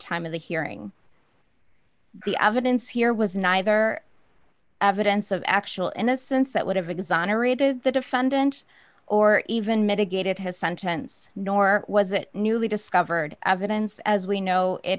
time of the hearing the evidence here was neither evidence of actual innocence that would have exonerated the defendant or even mitigate it has sentence nor was it newly discovered evidence as we know it